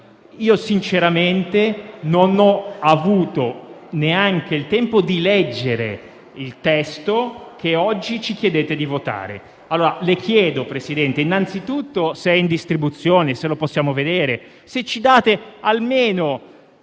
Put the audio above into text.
sinceramente, non ho avuto neanche il tempo di leggere il testo che oggi ci chiedete di votare. Vorrei sapere, signor Presidente, innanzitutto se è in distribuzione, se lo possiamo vedere e se è